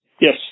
yes